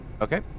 Okay